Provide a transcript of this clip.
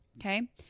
Okay